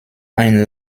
ein